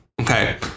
Okay